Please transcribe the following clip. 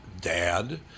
dad